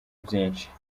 byinshi